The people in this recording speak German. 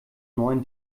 neuen